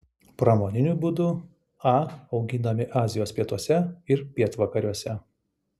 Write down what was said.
pramoniniu būdu a auginami azijos pietuose ir pietvakariuose